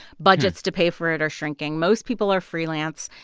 budgets to pay for it are shrinking. most people are freelance.